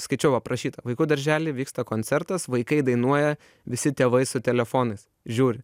skaičiau aprašyta vaikų daržely vyksta koncertas vaikai dainuoja visi tėvai su telefonais žiūri